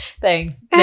Thanks